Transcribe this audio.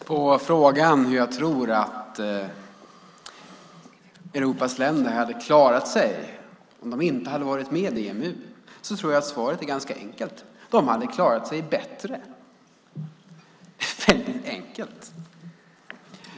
Herr talman! På frågan hur jag tror att Europas länder hade klarat sig om de inte hade varit med i EMU tror jag att svaret är ganska enkelt. De hade klarat sig bättre. Det är väldigt enkelt.